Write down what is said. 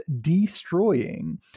Destroying